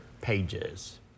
pages